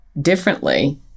differently